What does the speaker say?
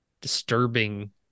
disturbing